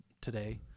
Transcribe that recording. today